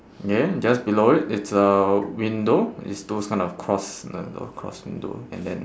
then just below it it's a window it's those kind of cross I don't know cross window and then